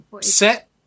set